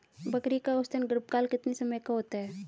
बकरी का औसतन गर्भकाल कितने समय का होता है?